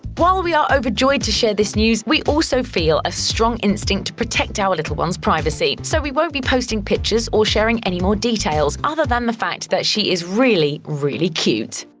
while we are overjoyed to share this news, we also feel a strong instinct to protect our little one's privacy. so we won't be posting pictures or sharing any more details, other than the fact that she is really really cute!